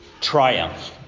Triumph